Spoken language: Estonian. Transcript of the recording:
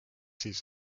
siis